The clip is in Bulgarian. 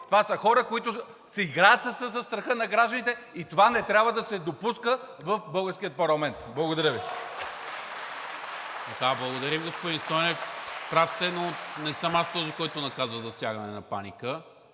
това са хора, които си играят със страха на гражданите, и това не трябва да се допуска в българския парламент. Благодаря Ви.